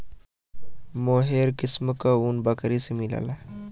मोहेर किस्म क ऊन बकरी से मिलला